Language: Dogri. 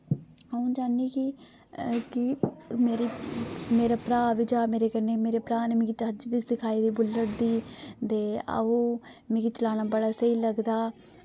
अ'ऊं चाह्न्नी कि कि मेरी मेरा भ्रा बी जा मेरे कन्नै मेरे भ्रा नै मिकी चज्ज बी सिखाई दी बुल्लट दी ते ओह् मिकी चलाना बड़ा स्हेई लगदा